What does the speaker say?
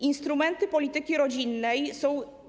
Instrumenty polityki rodzinnej są.